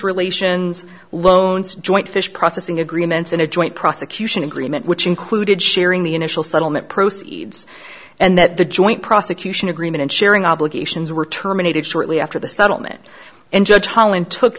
relations loans joint fish processing agreements in a joint prosecution agreement which included sharing the initial settlement proceeds and that the joint prosecution agreement in sharing obligations were terminated shortly after the settlement and judge holland took